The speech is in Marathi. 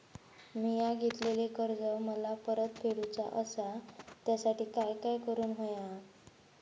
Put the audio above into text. मिया घेतलेले कर्ज मला परत फेडूचा असा त्यासाठी काय काय करून होया?